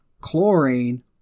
chlorine